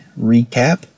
recap